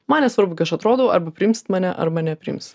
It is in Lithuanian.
man nesvarbu kai aš atrodau arba priims mane arba nepriims